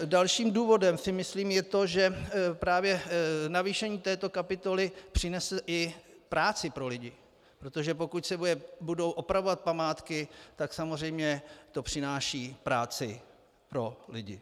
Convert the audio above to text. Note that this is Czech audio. Dalším důvodem myslím je to, že právě navýšení této kapitoly přinese i práci pro lidi, protože pokud se budou opravovat památky, tak to samozřejmě přináší práci pro lidi.